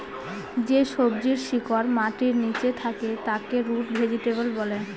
যে সবজির শিকড় মাটির নীচে থাকে তাকে রুট ভেজিটেবল বলে